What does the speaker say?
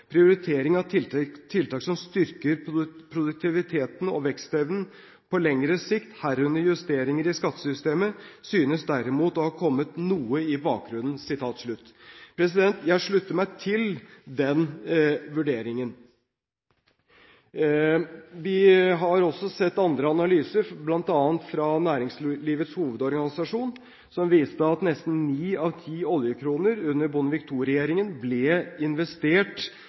av tiltak som styrker produktiviteten og vekstevnen på lengre sikt, herunder justeringer i skattesystemet, synes derimot å ha kommet noe i bakgrunnen.» Jeg slutter meg til den vurderingen. Vi har også sett andre analyser, bl.a. fra Næringslivets Hovedorganisasjon, som viste at nesten ni av ti oljekroner under Bondevik II-regjeringen ble investert